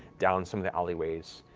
down some of the alleyways,